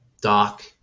Doc